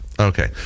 okay